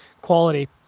quality